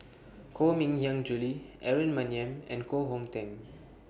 Koh Mui Hiang Julie Aaron Maniam and Koh Hong Teng